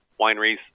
wineries